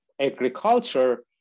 agriculture